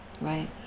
right